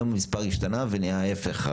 היום המספר השתנה ונהיה ההפך.